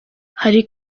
hari